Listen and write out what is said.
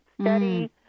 steady